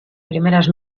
primeras